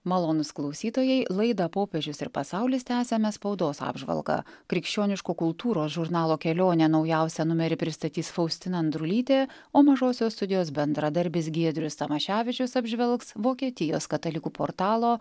malonūs klausytojai laidą popiežius ir pasaulis tęsiame spaudos apžvalga krikščioniško kultūros žurnalo kelionė naujausią numerį pristatys faustina andrulytė o mažosios studijos bendradarbis giedrius tamaševičius apžvelgs vokietijos katalikų portalo